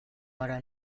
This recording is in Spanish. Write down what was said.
para